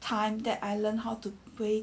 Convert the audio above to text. time that I learned how to play